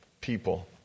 people